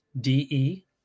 D-E